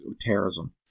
terrorism